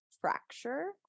fracture